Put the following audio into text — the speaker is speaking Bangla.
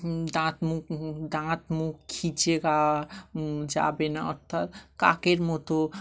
দাঁত মুখ দাঁত মুখ খিঁচিয়ে গাওয়া যাবে না অর্থাৎ কাকের মতো